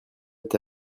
est